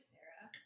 Sarah